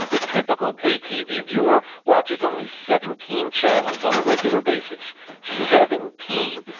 the typical pay tv viewer watches only seventeen channels on a regular basis seventeen.